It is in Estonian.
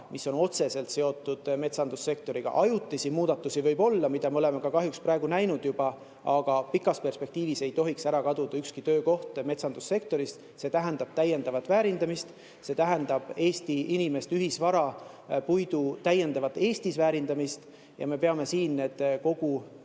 mis on otseselt seotud metsandussektoriga, ei kao lähiaastatel ära. Ajutisi muudatusi võib olla, seda me oleme praegu kahjuks näinud juba, aga pikas perspektiivis ei tohiks ära kaduda ükski töökoht metsandussektoris. See tähendab täiendavat väärindamist, see tähendab Eesti inimeste ühisvara, puidu täiendavat Eestis väärindamist. Ja me peame siin üle